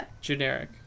generic